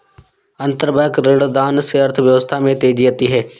अंतरबैंक ऋणदान से अर्थव्यवस्था में तेजी आती है